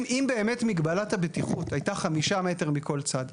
אם באמת מגבלת הבטיחות הייתה 5 מטרים מכל צד,